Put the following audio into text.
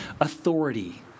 authority